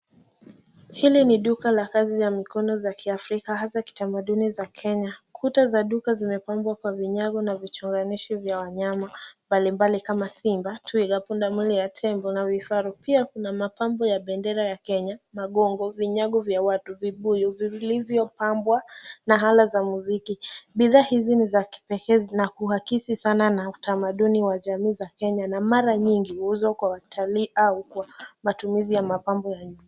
Hili ni duka la kazi za mikono za Kiafrika, hasa za kitamaduni za Kenya. Kuta za duka zimepambwa kwa vinyago na vichoropisho vya wanyama mbalimbali kama simba, twiga, pundamilia na tembo na vifaru. Pia kuna mapambo ya bendera ya Kenya, magongo, vinyago vya watu, vibuyu, vizio vilivyopambwa, na vyombo vya muziki. Bidhaa hizi ni za kipekee na kuakisi sana utamaduni wa jamii za Kenya, na mara nyingi huuzwa kwa watalii au kwa matumizi ya mapambo ya nyumbani.